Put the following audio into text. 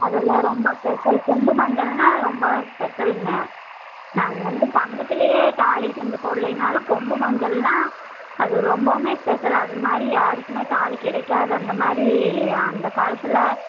அதெல்லாம் ரொம்ப பெசல் கொம்பு மஞ்சள்னா ரொம்பவும் ஸ்பெசல்ங்க நாங்கள் வந்து தங்கத்துலையே தாலி செஞ்சிப் போட்லைன்னாலும் கொம்பு மஞ்சள்னா அது ரொம்பவுமே ஸ்பெசல் அது மாதிரி யாருக்குமே தாலி கிடைக்காது அந்த மாதிரி அந்த காலத்தில்